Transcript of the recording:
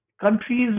countries